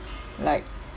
like